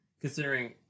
considering